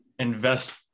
invest